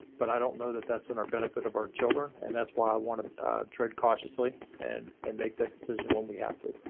but i don't know that that's in our benefit of our children. and that's why i wanna tread cautiously and and make that decision when we have to.